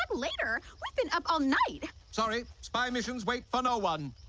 later weapon up all night. sorry spy missions wait for no one